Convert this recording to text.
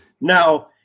Now